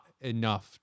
enough